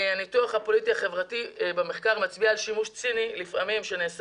הניתוח הפוליטי החברתי במחקר מצביע על שימוש ציני לפעמים שנעשה